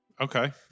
Okay